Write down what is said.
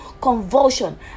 convulsion